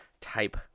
type